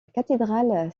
cathédrale